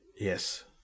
Yes